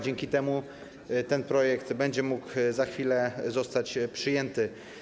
Dzięki temu projekt będzie mógł za chwilę zostać przyjęty.